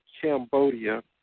Cambodia